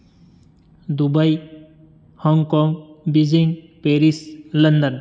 Dubai Hong Kong Beijing Paris London